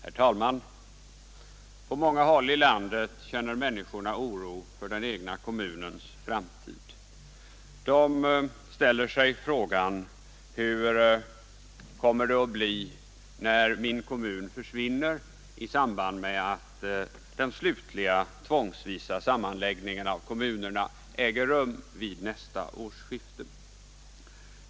Herr talman! På många håll i landet känner människorna oro för den egna kommunens framtid. De ställer sig frågan: Hur kommer det att bli när min kommun försvinner i samband med att den slutliga tvångsvisa sammanläggningen av kommunerna äger rum vid nästa årsskifte?